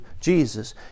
Jesus